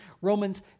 Romans